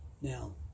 Now